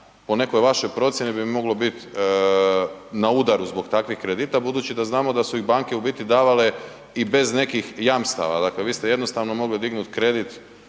po nekoj vašoj procijeni bi moglo bit na udaru zbog takvih kredita, budući da znamo da su ih banke u biti davale i bez nekih jamstava, dakle vi ste jednostavno mogli dignut kredit